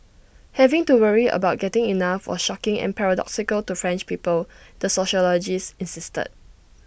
having to worry about getting enough was shocking and paradoxical to French people the sociologist insisted